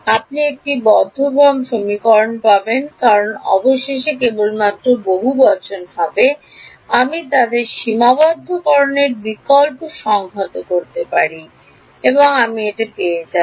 আপনি একটি বদ্ধ ফর্ম সমীকরণ পাবেন কারণ অবশেষে কেবলমাত্র বহুবচন হবে আমি তাদের সীমাবদ্ধকরণের বিকল্প সংহত করতে পারি এবং আমি এটি পেয়ে যাব